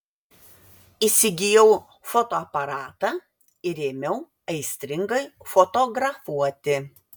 įsigijau fotoaparatą ir ėmiau aistringai fotografuoti